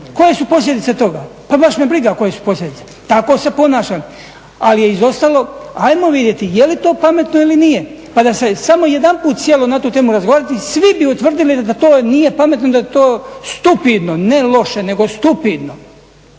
Koje su posljedice toga? Pa baš me briga koje su posljedice, tako se ponašam ali je izostalo. Ajmo vidjeti je li to pametno ili nije pa da se samo jedanput sjelo na tu temu razgovarati, svi bi utvrdili da to nije pametni, da to stupidno, ne loše nego stupidno.